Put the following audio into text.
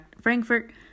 Frankfurt